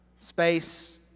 space